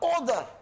order